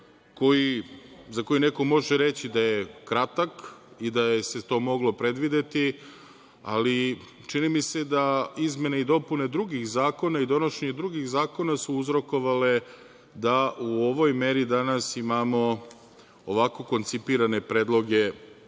za koje neko može reći da je kratak i da se to moglo predvideti, ali čini mi se da izmene i dopune drugih zakona i donošenju drugih zakona su uzrokovale da u ovoj meri danas imamo ovako koncipirane predloge